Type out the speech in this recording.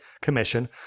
commission